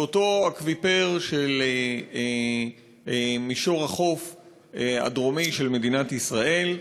זה אותו אקוויפר של מישור החוף הדרומי של מדינת ישראל.